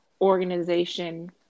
organization